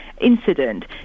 incident